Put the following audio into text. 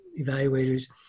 evaluators